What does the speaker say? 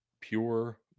Pure